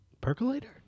percolator